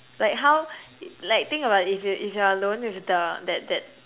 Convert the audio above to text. like how like think about it if you're if you're alone with the that that